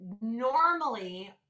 Normally